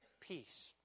peace